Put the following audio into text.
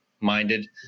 minded